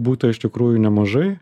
būta iš tikrųjų nemažai